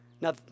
Now